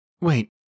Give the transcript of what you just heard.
Wait